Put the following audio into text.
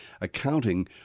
accounting